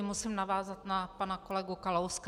Musím navázat na pana kolegu Kalouska.